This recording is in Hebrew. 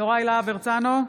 יוראי להב הרצנו,